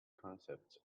concepts